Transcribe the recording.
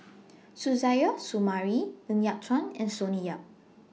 Suzairhe Sumari Ng Yat Chuan and Sonny Yap